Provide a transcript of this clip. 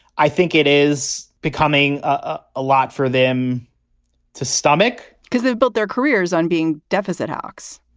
i think it is becoming a ah lot for them to stomach because they've built their careers on being deficit hawks.